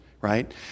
right